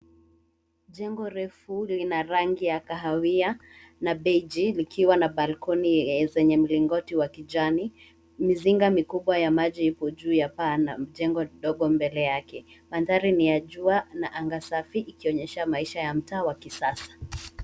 Jengo refu lina rangi ya kahawia na belge likiwa na balcony zenye mlingoti wa kijani. Miziga mikubwa ya maji ipo juu ya paa na mijengo midogo mbele yake. Mandhari ni ya jua na anga safi ikionyesha maisha ya mtaa wa kisasa.